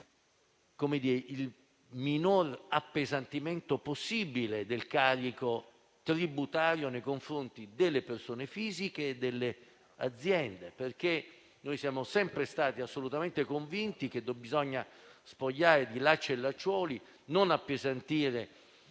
fiscale, il minor appesantimento possibile del carico tributario nei confronti delle persone fisiche e delle aziende. Siamo infatti sempre stati assolutamente convinti che bisogna spogliare di lacci e lacciuoli, non appesantire